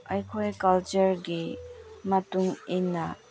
ꯑꯩꯈꯣꯏ ꯀꯜꯆꯔꯒꯤ ꯃꯇꯨꯏꯟꯅ